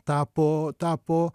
tapo tapo